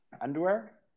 underwear